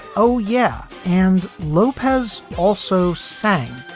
oh, yeah. and lopez also sang,